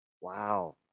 Wow